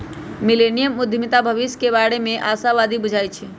millennium उद्यमीता भविष्य के बारे में आशावादी बुझाई छै